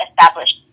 established